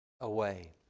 away